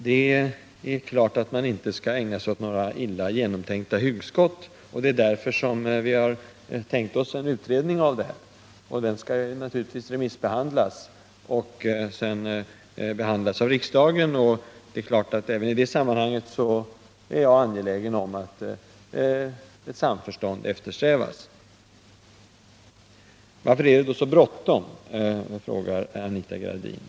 Det är klart att man inte skall ägna sig åt att försöka förverkliga några illa genomtänkta hugskott. Det är därför vi har tänkt oss en utredning av frågan. Dess resultat skall naturligtvis remissbehandlas och sedan behandlas av riksdagen. Jag är givetvis angelägen om samförstånd även i det sammanhanget. Varför är det då så bråttom? frågar Anita Gradin.